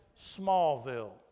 Smallville